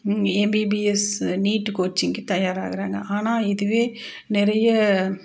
MBBS NEET கோச்சிங்க்கு தயாராகிறாங்க ஆனால் இதுவே நிறைய